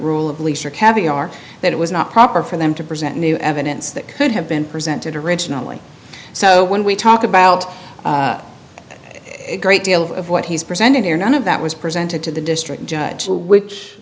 rule of leisure caviar that it was not proper for them to present new evidence that could have been presented originally so when we talk about a great deal of what he's presented here none of that was presented to the district judge